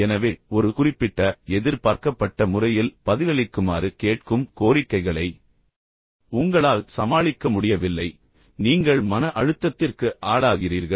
எனவே ஒரு குறிப்பிட்ட எதிர்பார்க்கப்பட்ட முறையில் பதிலளிக்குமாறு கேட்கும் கோரிக்கைகளை உங்களால் சமாளிக்க முடியவில்லை பின்னர் நீங்கள் மன அழுத்தத்திற்கு ஆளாகிறீர்கள்